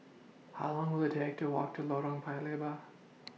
How Long Will IT Take to Walk to Lorong Paya Lebar